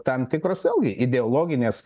tam tikros vėlgi ideologinės